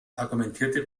argumentierte